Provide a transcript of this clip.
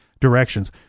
directions